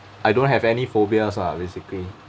I don't have any phobias lah basically